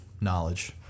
knowledge